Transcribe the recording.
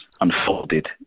unfolded